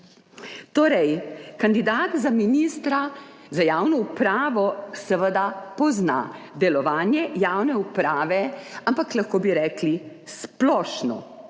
Torej, kandidat za ministra za javno upravo seveda pozna delovanje javne uprave, ampak lahko bi rekli, splošno